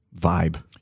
vibe